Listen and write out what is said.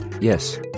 yes